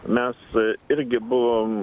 mes irgi buvom